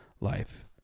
life